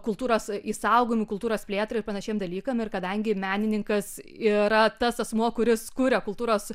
kultūros į saugomų kultūros plėtrai panašiems dalykams ir kadangi menininkas yra tas asmuo kuris kuria kultūros